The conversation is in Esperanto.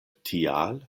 tial